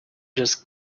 just